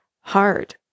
hard